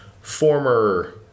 former